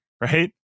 right